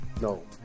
no